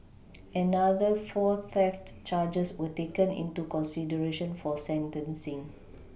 another four theft charges were taken into consideration for sentencing